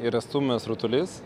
yra stumiamas rutulys